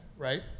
Right